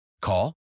Call